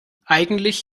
eigentlich